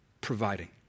providing